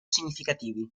significativi